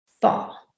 fall